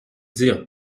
dire